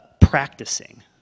practicing